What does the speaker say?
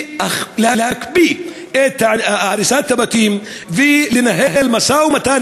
להקפיא את הריסת הבתים ולנהל משא-ומתן